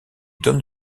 donne